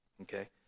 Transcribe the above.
Okay